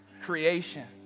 creation